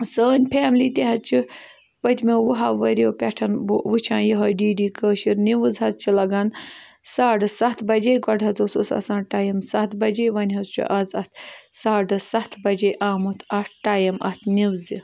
سٲنۍ فیملی تہِ حظ چھِ پٔتۍمیو وُہَو ؤریو پٮ۪ٹھ بہٕ وٕچھان یِہوٚے ڈی ڈی کٲشٕر نِوٕز حظ چھِ لَگان ساڑٕ سَتھ بَجے گۄڈٕ حظ اوسُس آسان ٹایِم سَتھ بَجے وۄنۍ حظ چھُ آز اَتھ ساڑٕ سَتھ بَجے آمُت اَتھ ٹایِم اَتھ نِوزِ